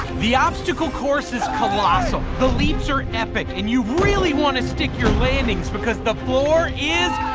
the obstacle course is colossal. the leaps are epic and you really wanna stick your landings because the floor is